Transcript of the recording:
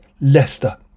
Leicester